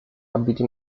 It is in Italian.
abiti